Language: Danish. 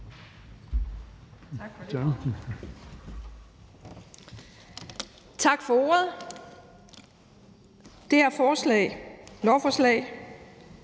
Tak for ordet.